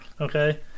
Okay